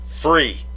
free